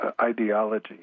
ideology